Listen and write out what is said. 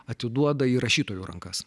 atiduoda į rašytojų rankas